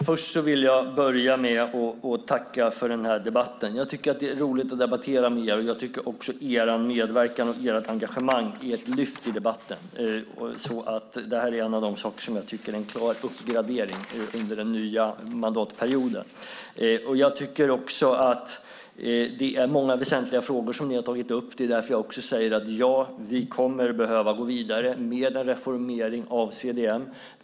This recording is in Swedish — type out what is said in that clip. Fru talman! Jag börjar med att tacka för denna debatt. Jag tycker att det är roligt att debattera med er, och jag tycker också att er medverkan och ert engagemang är ett lyft i debatten. Det här är en av de saker som jag tycker är en klar uppgradering under den nya mandatperioden. Ni har tagit upp många väsentliga frågor. Det är också därför som jag säger att vi kommer att behöva gå vidare med en reformering av CDM.